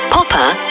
Popper